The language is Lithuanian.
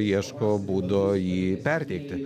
ieško būdo jį perteikti